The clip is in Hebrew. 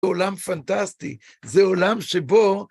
עולם פנטסטי, זה עולם שבו...